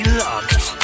locked